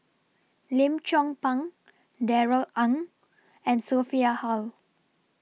Lim Chong Pang Darrell Ang and Sophia Hull